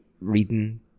reading